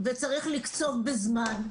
צריך לקצוב בזמן.